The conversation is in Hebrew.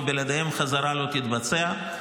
ובלעדיהם לא תתבצע חזרה,